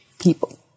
people